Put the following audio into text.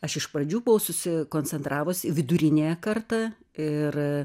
aš iš pradžių buvau susikoncentravus į viduriniąją kartą ir